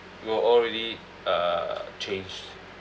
we were all ready uh changed